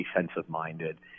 defensive-minded